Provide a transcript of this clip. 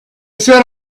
set